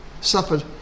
suffered